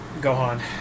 Gohan